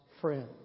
friend